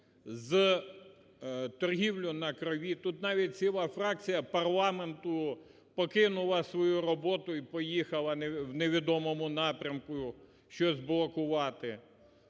з торгівлею на крові. Тут навіть ціла фракція парламенту покинила свою роботу і поїхала в невідомому напрямку щось блокувати.